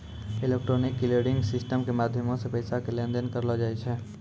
electronic clearing system के माध्यमो से पैसा के लेन देन करलो जाय छै